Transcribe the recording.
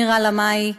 נירה לאמעי,